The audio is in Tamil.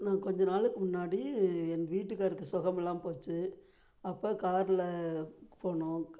நான் கொஞ்ச நாளுக்கு முன்னாடி என் வீட்டுக்காருக்கு சொகமில்லாமல் போச்சு அப்போ காரில் போனோம்